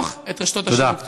הגיע הזמן לחתוך את רשתות השיווק.